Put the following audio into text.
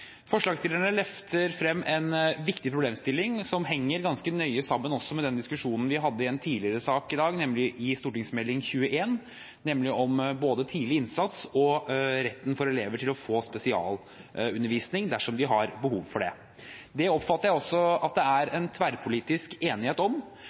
Forslagsstillerne løfter frem en viktig problemstilling, som henger ganske nøye sammen med den diskusjonen vi hadde i en tidligere sak i dag, nemlig Meld. St. 21, om både tidlig innsats og retten for elever til å få spesialundervisning dersom de har behov for det. Det oppfatter jeg at det er tverrpolitisk enighet om.